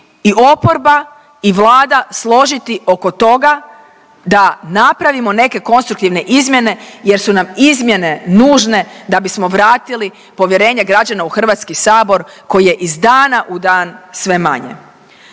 i oporba i Vlada složiti oko toga da napravimo neke konstruktivne izmjene jer su nam izmjene nužne da bismo vratili povjerenje građana u HS koje je iz dana u dan sve manje